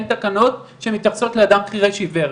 אין תקנות שמתייחסות לאדם חירש עיוור.